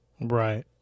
Right